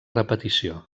repetició